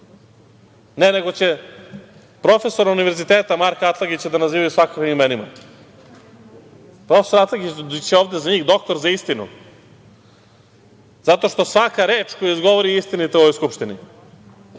Ne, nego će profesor univerziteta Marka Atlagića da nazivaju svakakvim imenima. Profesor Atlagić je ovde za njih doktor za istinu zato što svaka reč koju izgovori je istinita u ovoj Skupštini.